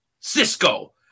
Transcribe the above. Cisco